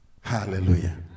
Hallelujah